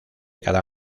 cada